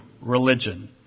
religion